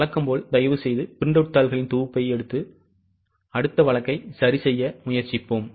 வழக்கம் போல் தயவுசெய்து பிரிண்ட் அவுட் தாள்களின் தொகுப்பை எடுத்து அடுத்த வழக்கை சரி செய்ய முயற்சிப்போம்